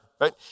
right